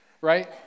right